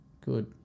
good